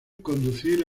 conducir